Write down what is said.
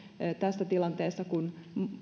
tässä tilanteessa kun